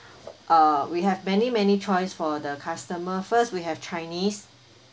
uh we have many many choice for the customer first we have chinese